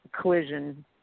collision